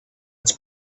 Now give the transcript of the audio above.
its